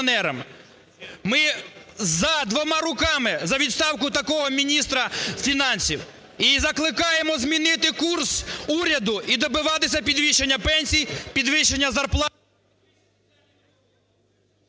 Ми - за двома руками, за відставку такого міністра фінансів. І закликаємо змінити курс уряду і добиватися підвищення пенсій, підвищення зарплат.